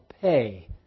pay